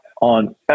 on